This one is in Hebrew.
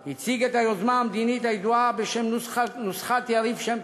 הוא הציג את היוזמה המדינית הידועה בשם "נוסחת יריב שם-טוב",